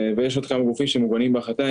ויש עוד כמה גופים שמעוגנים בהחלטה,